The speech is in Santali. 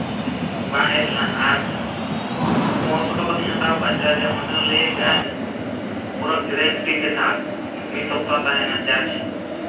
ᱵᱟᱝ ᱦᱮᱡ ᱞᱮᱱᱟ ᱟᱨ ᱯᱚᱱᱮᱨᱚᱥᱚ ᱴᱟᱠᱟᱛᱤᱧ ᱦᱟᱛᱟᱣ ᱠᱟᱜᱼᱟ ᱚᱸᱰᱮ ᱞᱟᱹᱭ ᱠᱟᱜᱼᱟᱭ ᱯᱩᱨᱟᱹ ᱜᱮᱨᱮᱱᱴᱤ ᱠᱮ ᱥᱟᱛᱷ ᱢᱤᱫ ᱥᱚᱯᱛᱟᱦᱚ ᱛᱟᱦᱮᱱᱟ ᱪᱟᱨᱡᱽ